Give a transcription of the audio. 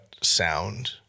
sound